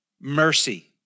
mercy